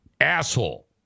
asshole